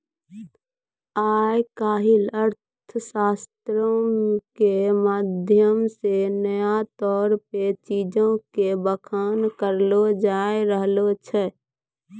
आइ काल्हि अर्थशास्त्रो के माध्यम से नया तौर पे चीजो के बखान करलो जाय रहलो छै